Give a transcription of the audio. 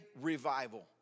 Revival